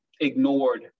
ignored